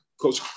coach